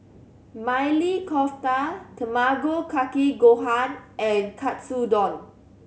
Maili Kofta Tamago Kake Gohan and Katsudon